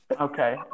Okay